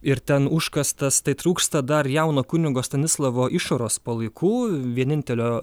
ir ten užkastas tai trūksta dar jauno kunigo stanislovo išoros palaikų vienintelio